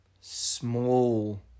small